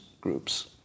groups